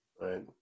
Right